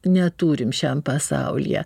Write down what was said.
neturim šiam pasaulyje